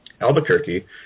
Albuquerque